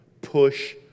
Push